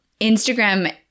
instagram